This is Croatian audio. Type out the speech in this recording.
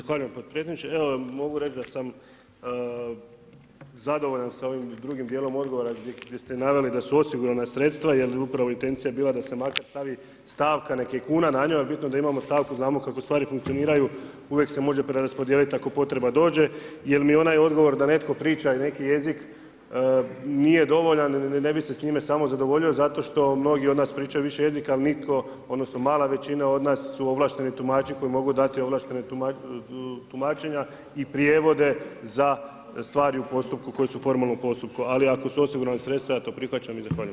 Zahvaljujem podpredsjedniče, evo mogu reći da sam zadovoljan sa ovim drugim dijelom odgovora gdje ste naveli da su osigurana sredstava jer je upravo intencija bila da se makar stavi stavka, nek je kuna na njoj ali bitno da imamo stavku znamo kako stvari funkcioniraju uvijek se može preraspodijeliti ako potreba dođe, jel mi onaj odgovor da netko priča neki jezik nije dovoljan ne bi se s njime samo zadovoljio zato što mnogi od nas pričaju više jezika, ali nitko odnosno mala većina od nas su ovlašteni tumači koji mogu dati ovlaštena tumačenja i prijevode za svari u postupku koje su u formalnom postupku, ali ako su osigurana sredstava ja to prihvaćam i zahvaljujem.